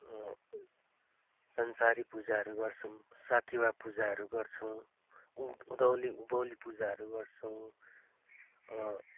संसारी पूजाहरू गर्छौँ साकेवा पूजाहरू गर्छौँ उँ उँधौली उँभौली पूजाहरू गर्छौँ